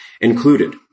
included